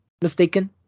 mistaken